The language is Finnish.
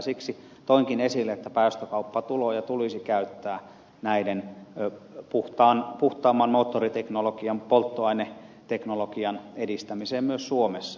siksi toinkin esille että päästökauppatuloja tulisi käyttää puhtaamman moottoriteknologian polttoaineteknologian edistämiseen myös suomessa